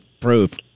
Proof